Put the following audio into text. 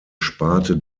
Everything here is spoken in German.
sparte